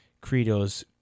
credos